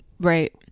Right